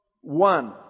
one